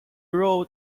road